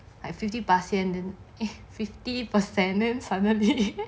like fifty 巴仙 then eh fifty percent then suddenly